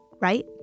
right